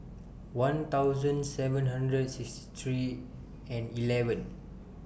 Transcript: one thousand seven hundred and sixty three and eleven